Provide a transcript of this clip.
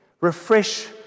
refresh